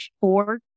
four